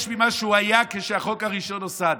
ממה שהוא היה כשהחוק הראשון נוסד,